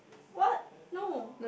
what no